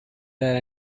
there